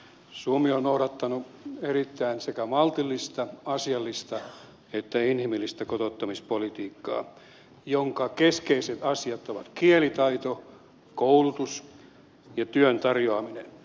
suomi on noudattanut sekä erittäin maltillista ja asiallista että inhimillistä kotouttamispolitiikkaa jonka keskeiset asiat ovat kielitaito koulutus ja työn tarjoaminen